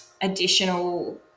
additional